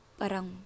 parang